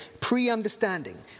pre-understanding